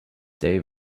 they